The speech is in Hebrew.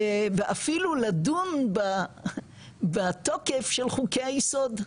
ואפילו לדון בתוקף של חוקי היסוד.